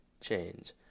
change